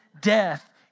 death